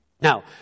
Now